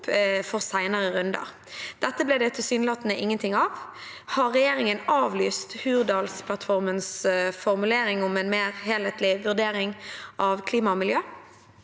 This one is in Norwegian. for senere runder. Det ble det tilsynelatende ikke noe av. Har regjeringen avlyst Hurdalsplattformens punkt om en mer helhetlig vurdering av klima og miljø?»